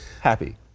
happy